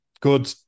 good